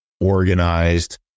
organized